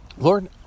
Lord